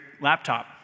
laptop